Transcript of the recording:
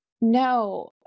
No